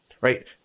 right